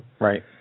Right